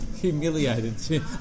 Humiliated